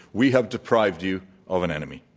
we have deprived you of an enemy.